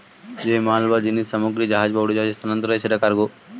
যে মাল বা জিনিস সামগ্রী জাহাজ বা উড়োজাহাজে স্থানান্তর হয় সেটা কার্গো